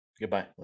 Goodbye